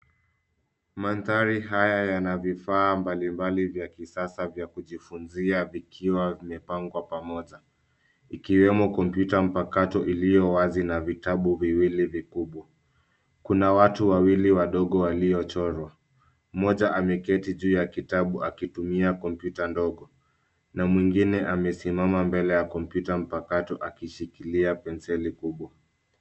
Mandhari haya yana vifaa mbalimbali vya kisasa vya kujifunzia vikiwa vimepangwa pamoja; ikiwemo kompyuta mpakato iliyo wazi na vitabu viwili vikubwa. Kuna watu wawili wadogo waliochorwa, mmoja ameketi juu ya kitabu akitumia kompyuta ndogo na mwingine amesimama mbele ya kompyuta mpakato akishikilia penseli kubwa.